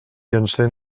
encén